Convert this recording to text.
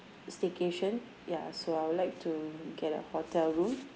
staycation ya so I would like to get a hotel room